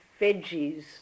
veggies